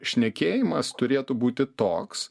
šnekėjimas turėtų būti toks